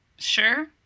Sure